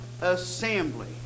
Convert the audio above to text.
assembly